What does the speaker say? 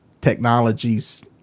technologies